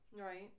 right